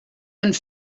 and